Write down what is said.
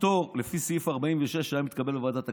הפטור לפי סעיף 46 היה מתקבל בוועדת הכספים.